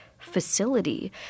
facility